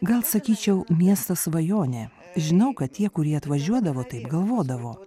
gal sakyčiau miestą svajonę žinau kad tie kurie atvažiuodavo taip galvodavo